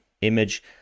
image